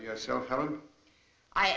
yourself i